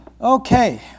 Okay